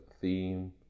theme